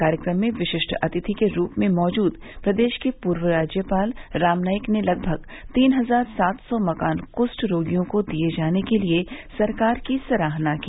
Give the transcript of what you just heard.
कार्यक्रम में विशिष्ट अतिथि के रूप में मौजूद प्रदेश के पूर्व राज्यपाल राम नाईक ने लगभग तीन हजार सात सौ मकान कृष्ठ रोगियों को दिये जाने के लिए सरकार की सराहना की